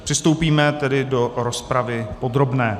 Přistoupíme tedy k rozpravě podobné.